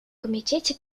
комитете